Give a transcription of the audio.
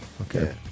Okay